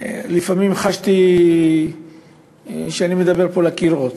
לפעמים חשתי שאני מדבר פה לקירות,